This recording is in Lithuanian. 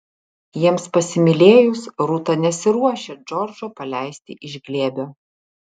jiems pasimylėjus rūta nesiruošė džordžo paleisti iš glėbio